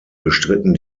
bestritten